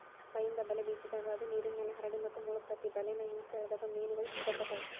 ಕೈಯಿಂದ ಬಲೆ ಬೇಸಿದಾಗ, ಅದು ನೇರಿನ್ಮ್ಯಾಲೆ ಹರಡಿ ಮತ್ತು ಮುಳಗತೆತಿ ಬಲೇನ ಹಿಂದ್ಕ ಎಳದಾಗ ಮೇನುಗಳು ಸಿಕ್ಕಾಕೊತಾವ